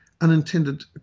unintended